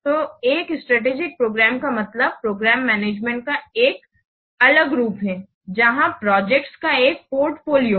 तो एक strategic program का मतलब प्रोग्राम मैनेजमेंट का एक अलग रूप है जहां प्रोजेक्ट्स का एक पोर्टफोलियो है